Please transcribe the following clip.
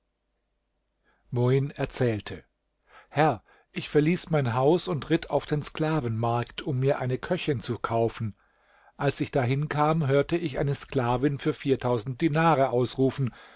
muin erzählte herr ich verließ mein haus und ritt auf den sklavenmarkt um mir eine köchin zu kaufen als ich dahin kam hörte ich eine sklavin für dinare ausrufen